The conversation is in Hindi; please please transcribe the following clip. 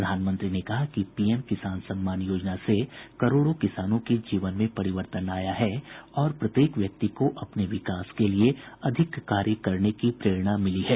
प्रधानमंत्री ने कहा कि पीएम किसान योजना से करोडों किसानों के जीवन में परिवर्तन आया है और प्रत्येक व्यक्ति को अपने विकास के लिए ज्यादा कार्य करने की प्ररेणा मिली है